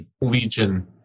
Legion